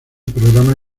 programa